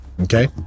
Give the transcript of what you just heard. Okay